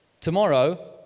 Tomorrow